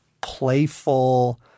playful